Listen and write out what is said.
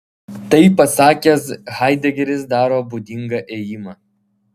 tai pasakęs haidegeris daro būdingą ėjimą